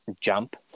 jump